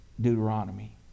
Deuteronomy